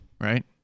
Right